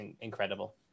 incredible